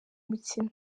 mukino